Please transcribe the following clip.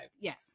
yes